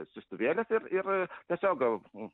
siųstuvėlis ir ir tiesiog gal